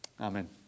Amen